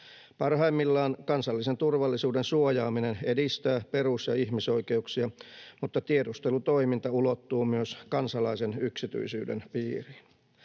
Parhaimmillaan kansallisen turvallisuuden suojaaminen edistää perus- ja ihmisoikeuksia, mutta tiedustelutoiminta ulottuu myös kansalaisen yksityisyyden piiriin.